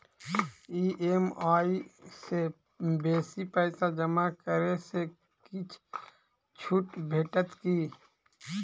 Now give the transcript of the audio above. EMI सँ बेसी पैसा जमा करै सँ किछ छुट भेटत की?